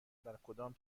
درکدام